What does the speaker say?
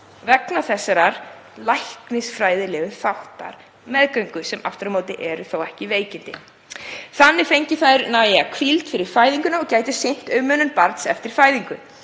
vegna þessara læknisfræðilegu þátta meðgöngu sem aftur á móti eru þó ekki veikindi. Þannig fengju þær næga hvíld fyrir fæðinguna og gætu sinnt umönnun barnsins eftir fæðingu.